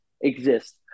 exist